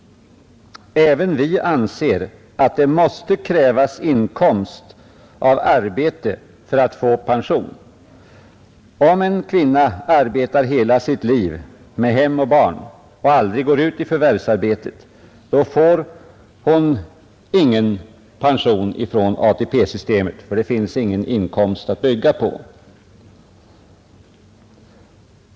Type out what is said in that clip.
Även vi anser att det måste krävas inkomst av arbete för att få pension. Om en kvinna arbetar hela sitt liv med hem och barn och aldrig går ut i förvärvsarbetet, får hon ingen pension från ATP-systemet, ty det finns ingen inkomst att bygga på.